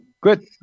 Good